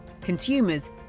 consumers